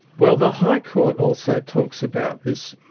well, the high court also talks about this.